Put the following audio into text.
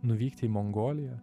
nuvykti į mongoliją